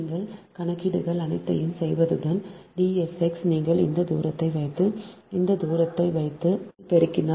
நீங்கள் இந்த கணக்கீடுகள் அனைத்தையும் செய்தவுடன் D s x நீங்கள் இந்த தூரத்தை வைத்து இந்த தூரத்தை வைத்து நீங்கள் பெருக்கினால் நீங்கள் டிஎஸ்எக்ஸ் 0